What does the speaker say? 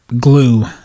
glue